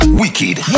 wicked